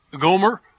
Gomer